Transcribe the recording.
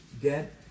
get